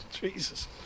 Jesus